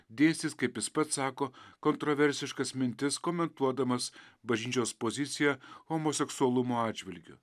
dėsis kaip jis pats sako kontroversiškas mintis komentuodamas bažnyčios poziciją homoseksualumo atžvilgiu